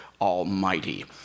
Almighty